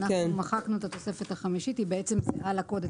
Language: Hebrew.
מחקנו את התוספת החמישית והיא בעצם --- הטכני.